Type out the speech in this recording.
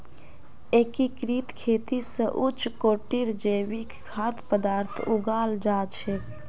एकीकृत खेती स उच्च कोटिर जैविक खाद्य पद्दार्थ उगाल जा छेक